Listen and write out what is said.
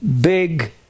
big